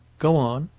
go on.